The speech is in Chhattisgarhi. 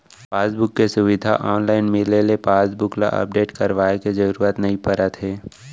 पासबूक के सुबिधा ऑनलाइन मिले ले पासबुक ल अपडेट करवाए के जरूरत नइ परत हे